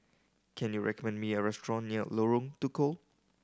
can you recommend me a restaurant near Lorong Tukol